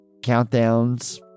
countdowns